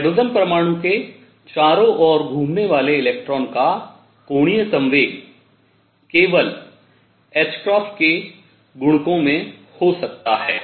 hydrogen परमाणु के चारों और घूमने वाले इलेक्ट्रॉन का कोणीय संवेग केवल ℏ के गुणकों में हो सकता है